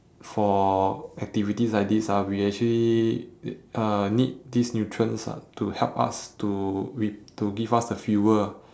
for activities like this ah we actually uh need these nutrients ah to help us to re~ to give us the fuel